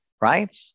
right